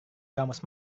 kamus